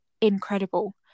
incredible